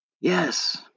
Yes